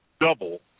double